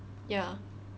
ya